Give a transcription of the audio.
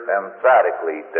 emphatically